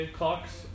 clocks